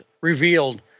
revealed